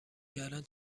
کردن